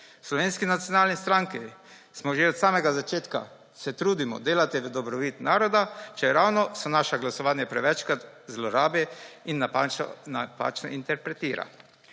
Slovenski nacionalni stranki že od samega začetka se trudimo delati v dobrobit naroda, čeravno se naša glasovanja prevečkrat zlorabi in napačno interpretira.